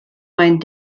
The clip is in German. mein